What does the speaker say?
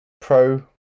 pro